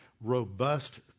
robust